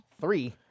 three